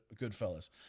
Goodfellas